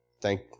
Thank